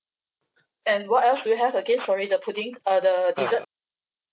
and what else do you have again sorry the pudding uh the dessert